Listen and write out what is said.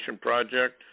project